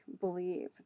believe